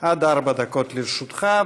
עד ארבע דקות לרשותך.